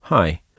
Hi